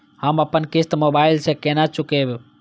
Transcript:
हम अपन किस्त मोबाइल से केना चूकेब?